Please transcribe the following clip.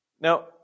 Now